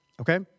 Okay